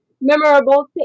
memorable